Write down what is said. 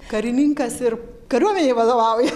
karininkas ir kariuomenei vadovauja